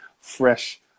Fresh